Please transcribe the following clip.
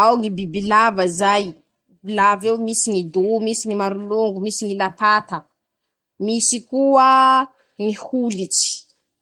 ao ñy bibilava zay: bibilav'eo misy ñy do, misy ñy marolongo, misy ñy lapata; misy koaaa ñy holitsy..<koliro>